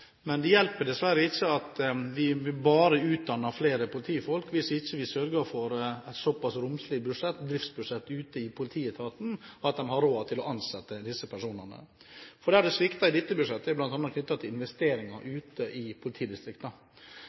Men det hjelper dessverre ikke at vi utdanner flere politifolk, hvis vi ikke sørger for såpass romslige driftsbudsjetter ute i politietaten at de har råd til å ansette disse personene. Der det svikter i dette budsjettet, er bl.a. i investeringer ute i